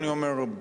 אני אומר,